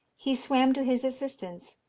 he swam to his assistance,